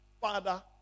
father